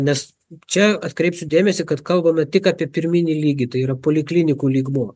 nes čia atkreipsiu dėmesį kad kalbame tik apie pirminį lygį tai yra poliklinikų lygmuo